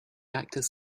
actors